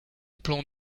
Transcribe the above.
plan